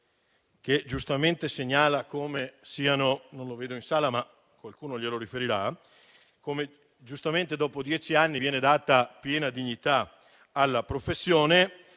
che giustamente segnala come dopo dieci anni viene data piena dignità alla professione,